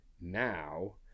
now